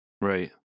Right